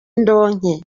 indonke